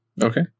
okay